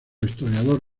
historiador